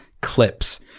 clips